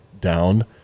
down